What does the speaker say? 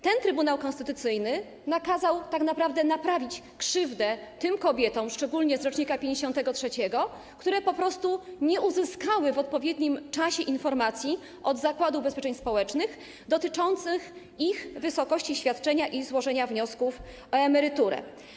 Trybunał Konstytucyjny nakazał tak naprawdę naprawić krzywdę wyrządzoną kobietom, szczególnie tym z rocznika 1953, które po prostu nie uzyskały w odpowiednim czasie informacji od Zakładu Ubezpieczeń Społecznych dotyczących ich wysokości świadczenia i złożenia wniosków o emeryturę.